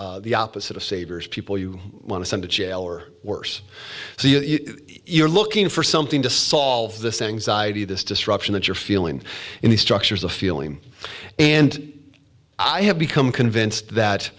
and the opposite of saviors people you want to send to jail or worse so you're looking for something to solve this anxiety this disruption that you're feeling in the structures of feeling and i have become convinced that